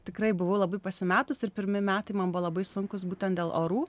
tikrai buvau labai pasimetus ir pirmi metai man buvo labai sunkūs būtent dėl orų